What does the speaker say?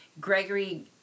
Gregory